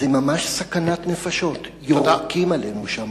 שזה ממש סכנת נפשות, יורקים עלינו שם.